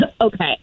Okay